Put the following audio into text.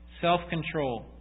self-control